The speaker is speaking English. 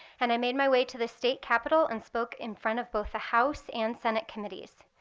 and i made my way to the state capital and spoke in front of both the house and senate committees.